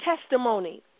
testimony